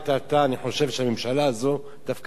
אני חושב שהממשלה הזאת דווקא עשתה.